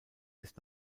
ist